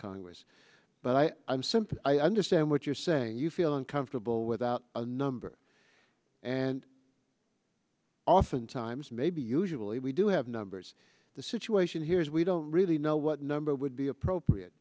congress but i am simply i understand what you're saying you feel uncomfortable without a number and often times maybe usually we do have numbers the situation here is we don't really know what number would be a appropriate